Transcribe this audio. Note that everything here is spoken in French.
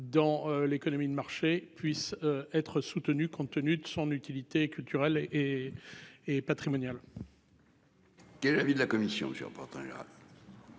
dans l'économie de marché puisse être soutenue, compte tenu de son utilité culturelle et et patrimonial. Qui est l'avis de la commission monsieur